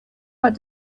but